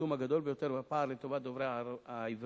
הצמצום הגדול ביותר בפער לטובת דוברי העברית: